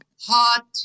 hot